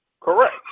Correct